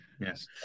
yes